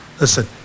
Listen